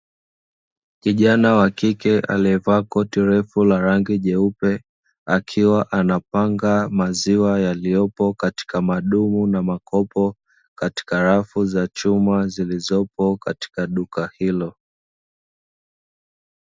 Kijana wa kike alievaa koti refu la rangi jeupe akiwa anapanga maziwa yaliyopo katika madumu na makopo, katika rafu za chuma zilizopo katika duka hilo .